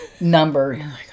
number